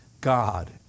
God